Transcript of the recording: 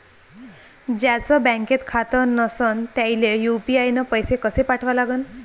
ज्याचं बँकेत खातं नसणं त्याईले यू.पी.आय न पैसे कसे पाठवा लागन?